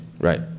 right